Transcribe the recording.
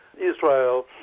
Israel